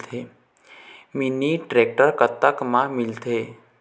Mini tractor कतक म मिलथे?